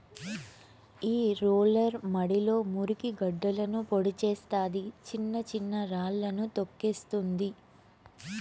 ఈ రోలర్ మడిలో మురికి గడ్డలను పొడి చేస్తాది, చిన్న చిన్న రాళ్ళను తోక్కేస్తుంది